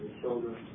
children